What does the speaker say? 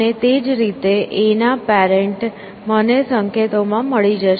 અને તે જ રીતે A નાં પેરેન્ટ્સ મને સંકેતો માં મળી શકશે